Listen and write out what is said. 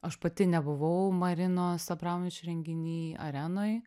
aš pati nebuvau marinos abramovič renginy arenoje